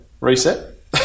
reset